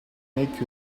make